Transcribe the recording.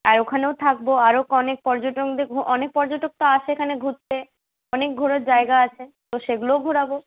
আর ওখানেও থাকব আরও অনেক পর্যটন দেখব অনেক পর্যটক তো আসে এখানে ঘুরতে অনেক ঘোরার জায়গা আছে তো সেগুলোও ঘোরাব